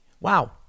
wow